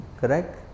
correct